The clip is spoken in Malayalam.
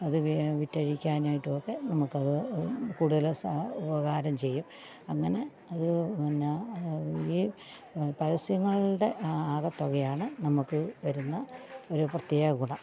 അത് വിറ്റഴിക്കാനായിട്ടൊക്കെ നമുക്കത് കൂടുതൽ ഉപകാരം ചെയ്യും അങ്ങനെ അത് പിന്നെ ഈ പരസ്യങ്ങളുടെ ആകെത്തൊകയാണ് നമുക്ക് വരുന്ന ഒരു പ്രത്യേക ഗുണം